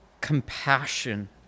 compassion